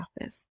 office